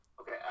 Okay